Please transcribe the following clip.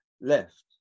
left